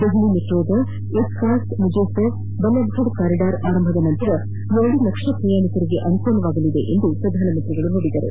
ದೆಹಲಿ ಮೆಟ್ರೋದ ಎಸ್ಟಾರ್ಟ್ ಮುಜೇಸರ್ ಬಲ್ಲಭ್ಗಡ ಕಾರಿಡಾರ್ ಆರಂಭದ ನಂತರ ಎರಡು ಲಕ್ಷ ಪ್ರಯಾಣಿಕರಿಗೆ ಅನುಕೂಲವಾಗಲಿದೆ ಎಂದು ನುಡಿದರು